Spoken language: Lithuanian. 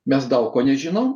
mes daug ko nežinom